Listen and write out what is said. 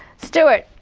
stuart,